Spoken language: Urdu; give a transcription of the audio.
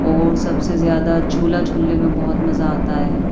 اور سب سے زیادہ جھولا جھولنے میں بہت مزہ آتا ہے